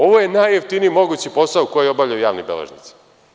Ovo je najjeftiniji mogući posao koji obavljaju javni beležnici.